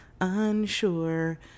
unsure